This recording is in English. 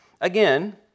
again